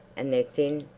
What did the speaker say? and their thin,